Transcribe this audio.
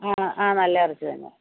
ആ ആ നല്ല ഇറച്ചി തന്നെ